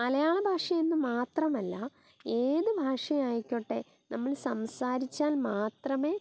മലയാളഭാഷയെന്ന് മാത്രമല്ല ഏത് ഭാഷയായിക്കോട്ടെ നമ്മൾ സംസാരിച്ചാൽ മാത്രമേ